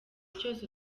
cyose